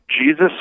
Jesus